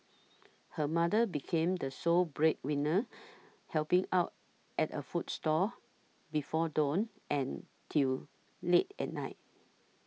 her mother became the sole breadwinner helping out at a food stall before dawn and till late at night